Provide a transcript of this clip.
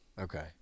Okay